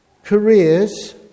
careers